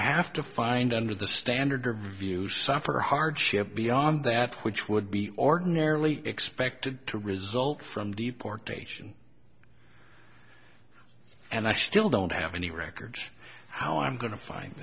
have to find under the standard view suffer hardship beyond that which would be ordinarily expected to result from deportation and i still don't have any records how i'm going to find